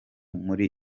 muri